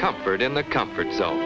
comfort in the comfort zone